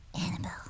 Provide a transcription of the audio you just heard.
Annabelle